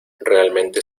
realmente